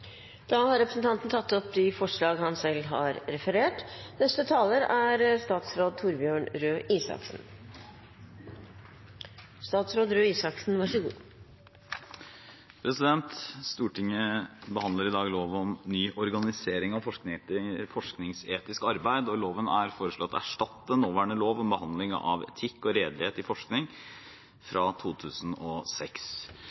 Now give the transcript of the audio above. tatt opp de forslag han refererte til. Stortinget behandler i dag ny lov om organisering av forskningsetisk arbeid. Loven er foreslått å erstatte nåværende lov om behandling av etikk og redelighet i forskning